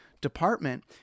department